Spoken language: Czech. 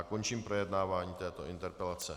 Končím projednávání této interpelace.